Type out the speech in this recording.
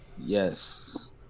yes